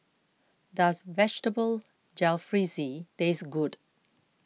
does Vegetable Jalfrezi taste good